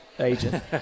Agent